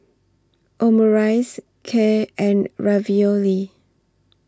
Omurice Kheer and Ravioli